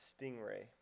Stingray